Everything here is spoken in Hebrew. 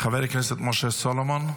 חבר הכנסת משה סולומון,